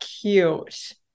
cute